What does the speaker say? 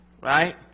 right